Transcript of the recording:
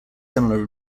similar